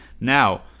Now